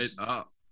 up